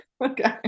Okay